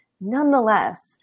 Nonetheless